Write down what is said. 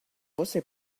você